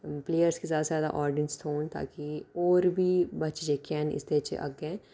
players गी जैदा शा जैदा आडियंस थ्होन ताके होर बी जेह्कियां हैन इस च अग्गें